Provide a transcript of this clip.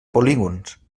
polígons